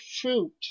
fruit